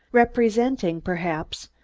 representing, perhaps,